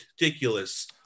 ridiculous